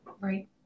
Right